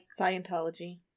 Scientology